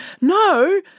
no